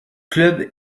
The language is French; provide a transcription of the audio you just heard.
club